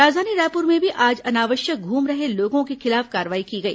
राजधानी रायपुर में भी आज अनावश्यक घूम रहे लोगों के खिलाफ कार्रवाई की गई